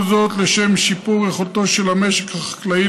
כל זאת לשם שיפור יכולתו של המשק החקלאי